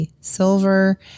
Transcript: Silver